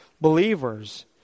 believers